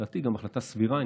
לדעתי זו גם החלטה סבירה,